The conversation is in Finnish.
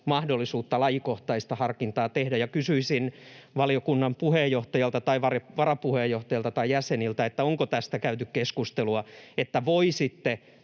mahdollisuutta tehdä lajikohtaista harkintaa. Kysyisin valiokunnan puheenjohtajalta tai varapuheenjohtajalta tai jäseniltä: onko tästä käyty keskustelua, että voisitte